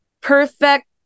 perfect